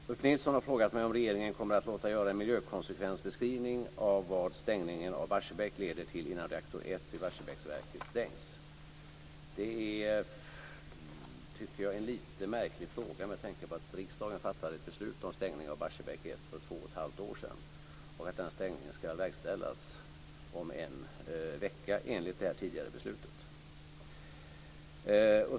Fru talman! Ulf Nilsson har frågat mig om regeringen kommer att låta göra en miljökonsekvensbeskrivning av vad stängningen av Barsebäck leder till innan reaktor 1 vid Barsebäcksverket stängs. Det är, tycker jag, en lite märklig fråga med tanke på att riksdagen fattade ett beslut om stängning av Barsebäck 1 för två och ett halvt år sedan och att den stängningen ska verkställas om en vecka enligt detta beslut.